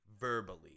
verbally